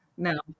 No